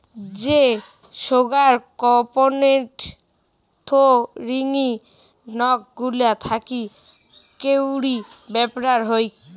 যে সোগায় কর্পোরেট থোঙনি নক গুলা থাকি কাউরি ব্যাপার হই